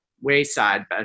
wayside